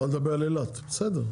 אתה מדבר על אילת, בסדר.